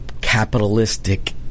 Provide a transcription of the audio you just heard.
capitalistic